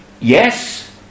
yes